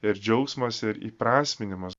ir džiaugsmas ir įprasminimas